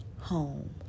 home